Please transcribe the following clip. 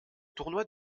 tournoi